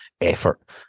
effort